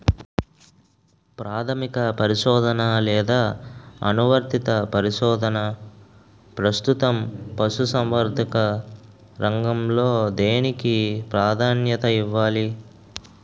ప్రాథమిక పరిశోధన లేదా అనువర్తిత పరిశోధన? ప్రస్తుతం పశుసంవర్ధక రంగంలో దేనికి ప్రాధాన్యత ఇవ్వాలి?